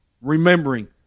Remembering